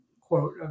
quote